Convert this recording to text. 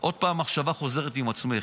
עוד פעם מחשבה חוזרת עם עצמך.